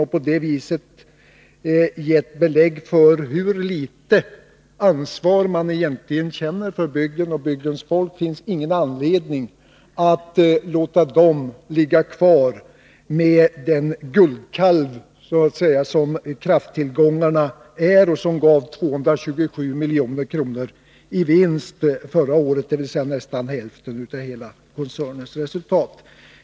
Och på det viset har man gett belägg för hur litet ansvar man egentligen känner för bygden och dess folk. Det finns därför ingen anledning att låta Stora Kopparberg ha kvar den guldkalv som krafttillgångarna utgör, och som gav 227 milj.kr. i vinst förra året, dvs. nästan hälften av hela koncernens resultat.